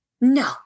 No